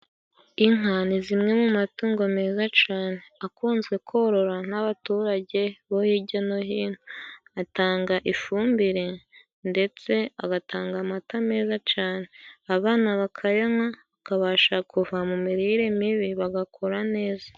Inka ni zimwe mu matungo meza cane akunzwe korora n'abaturage bo hijya no hino, atanga ifumbire ndetse agatanga amata meza cane abana bakayanywa bakabasha kuva mu mirire mibi bagakura neza.